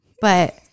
but-